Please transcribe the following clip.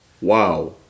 wow